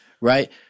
right